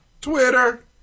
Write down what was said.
Twitter